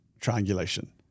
triangulation